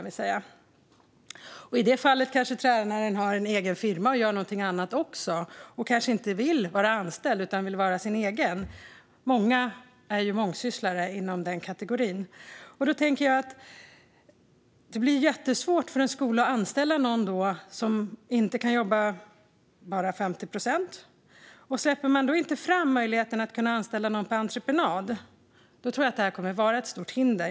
I det fallet kanske tränaren har en egen firma och gör någonting annat också och kanske inte vill vara anställd utan vara sin egen. Många är ju mångsysslare inom den kategorin. Då tänker jag att det blir jättesvårt för en skola att anställa någon som inte kan jobba bara 50 procent. Släpper man då inte fram möjligheten att anställa någon på entreprenad tror jag att detta kommer att vara ett stort hinder.